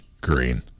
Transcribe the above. green